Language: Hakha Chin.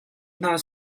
hna